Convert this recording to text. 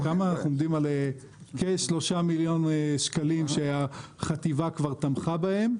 אנחנו עומדים על כ-3 מיליון שקלים שהחטיבה כבר תמכה בהם.